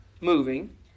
moving